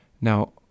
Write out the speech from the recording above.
Now